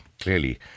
clearly